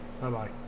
Bye-bye